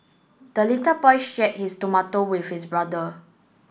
the little boy share his tomato with his brother